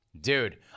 dude